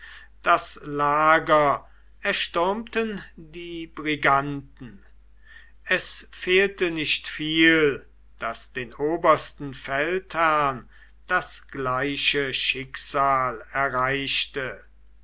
das lager erstürmten die briganten es fehlte nicht viel daß den obersten feldherrn das gleiche schicksal erreichte